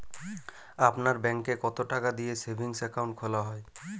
আপনার ব্যাংকে কতো টাকা দিয়ে সেভিংস অ্যাকাউন্ট খোলা হয়?